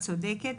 את צודקת.